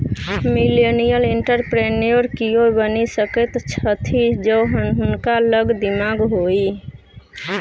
millennial entrepreneur कियो बनि सकैत छथि जौं हुनका लग दिमाग होए